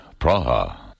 Praha